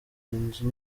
nzu